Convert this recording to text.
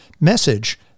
message